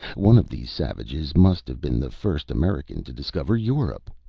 one of these savages must have been the first american to discover europe.